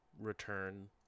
Return